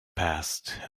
passed